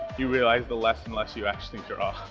you realize the less and less you actually draw.